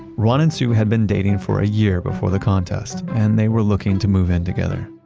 ron and sue had been dating for a year before the contest, and they were looking to move in together.